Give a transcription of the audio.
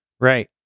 Right